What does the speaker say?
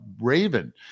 Raven